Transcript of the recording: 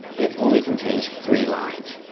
it only contains three lines.